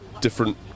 different